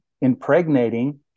impregnating